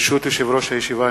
ברשות יושב-ראש הישיבה,